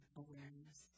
awareness